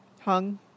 hung